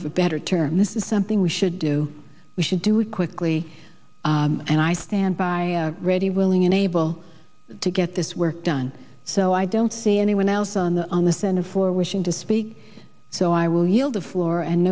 of a better term this is something we should do we should do it quickly and i stand by ready willing and able to get this work done so i don't see anyone else on the on the senate for wishing to speak so i will yield the floor and